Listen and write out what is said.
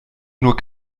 nur